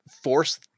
force